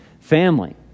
family